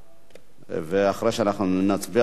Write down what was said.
ואחרי שאנחנו נצביע בקריאה שנייה,